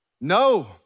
No